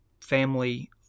family